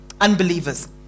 Unbelievers